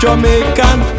Jamaican